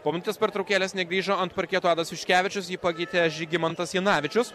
po minutės pertraukėlės negrįžo ant parketo adas juškevičius jį pakeitė žygimantas janavičius